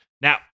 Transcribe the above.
Now